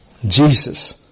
Jesus